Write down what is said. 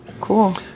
cool